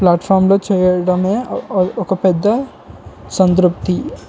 ప్లాట్ఫామ్లో చేయడమే ఒక పెద్ద సంతృప్తి